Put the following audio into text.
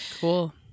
Cool